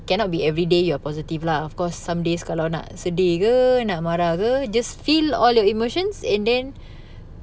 cannot be everyday you are positive lah of course some days kalau nak sedih ke nak marah ke just feel all your emotions and then